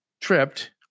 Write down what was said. tripped